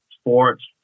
sports